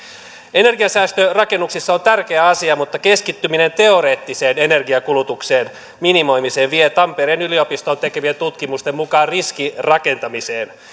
energiansäästö rakennuksissa on tärkeä asia mutta keskittyminen teoreettiseen energiankulutuksen minimoimiseen vie tampereen yliopiston tekemien tutkimusten mukaan riskirakentamiseen